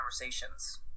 conversations